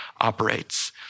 operates